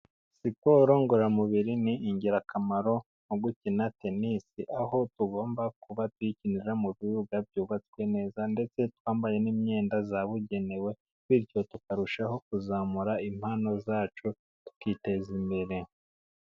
Siport ngoramubiri ni ingirakamaro nko gukina tennis. Aho tugomba kuba dukinira mu bibuga byubatswe neza. Ndetse twambaye n'imyenda yabugenewe. Bityo tukarushaho kuzamura impano zacu tukiteza imbere.